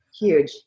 Huge